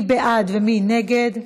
מי בעד ומי נגד?